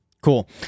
Cool